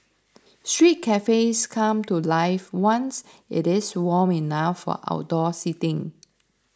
street cafes come to life once it is warm enough for outdoor seating